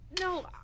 No